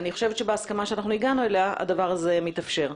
בהסכמה שאנחנו הגענו אליה, הדבר הזה מתאפשר.